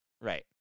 Right